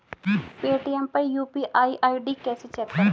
Paytm पर UPI ID कैसे check करें?